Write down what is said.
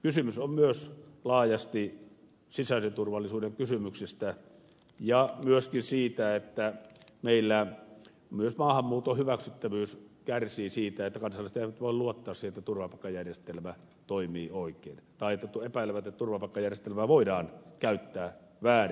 kysymys on myös laajasti sisäisen turvallisuuden kysymyksistä ja myöskin siitä että meillä myös maahanmuuton hyväksyttävyys kärsii siitä että kansalaiset eivät voi luottaa siihen että turvapaikkajärjestelmä toimii oikein tai epäilevät että turvapaikkajärjestelmää voidaan käyttää väärin